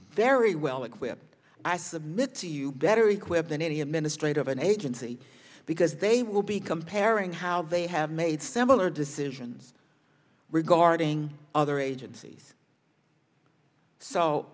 very well equipped i submit to you better equipped than any administrator of an agency because they will be comparing how they have made similar decisions regarding other agencies so